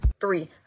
three